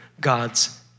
God's